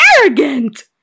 arrogant